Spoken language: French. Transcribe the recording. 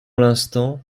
l’instant